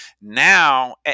Now